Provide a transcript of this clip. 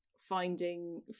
finding